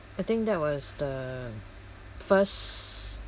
I think that was the first